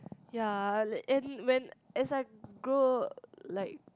ya like and when as I grow like